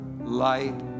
light